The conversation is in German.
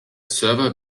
server